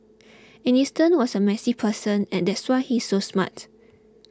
Einstein was a messy person and that's why he's so smart